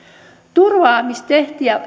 turvaamistehtäviä